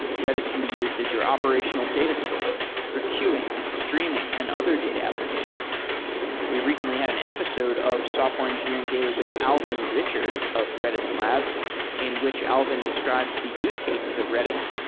redis can be used as your operational data store for queuing, streaming and other data applications we recently had an episode of software engineering daily with alvin richards of redis labs in which alvin described the use cases of redis,